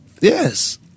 Yes